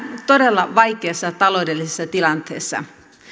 todella vaikeassa taloudellisessa tilanteessa ja